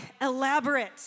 elaborate